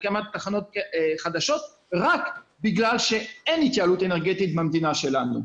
על הקמת תחנות חדשות רק בגלל שאין התייעלות אנרגטית במדינה שלנו.